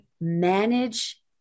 manage